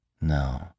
No